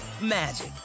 magic